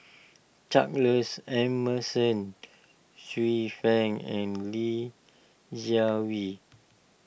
Charles Emmerson Xiu Fang and Li Jiawei